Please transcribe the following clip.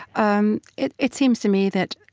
um it it seems to me that